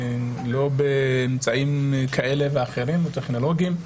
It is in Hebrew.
לא אמצעים כאלה ואחרים, טכנולוגיים.